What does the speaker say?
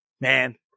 Man